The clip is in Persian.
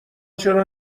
چرا